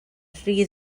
rhy